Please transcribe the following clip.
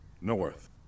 North